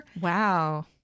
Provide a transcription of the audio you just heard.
Wow